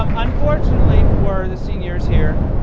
um unfortunately for the seniors here,